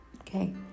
Okay